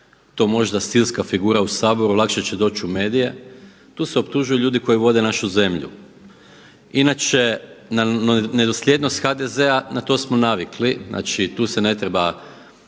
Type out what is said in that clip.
to možda stilska figura u Saboru, lakše će doći u medije, tu se optužuju ljudi koji vode naše zemlju. Inače nedosljednost HDZ-a, na to smo navikli, znači tu se ne treba